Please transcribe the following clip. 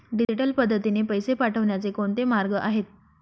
Digital पद्धतीने पैसे पाठवण्याचे कोणते मार्ग आहेत?